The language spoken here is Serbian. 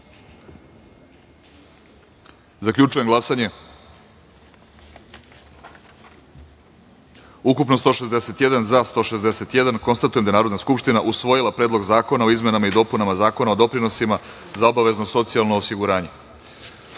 celini. Zaključujem glasanje: ukupno – 161, za – 161.Konstatujem da je Narodna skupština usvojila Predlog zakona o izmenama i dopunama Zakona o doprinosima za obavezno socijalno osiguranje. Osma